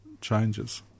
changes